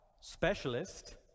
specialist